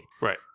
right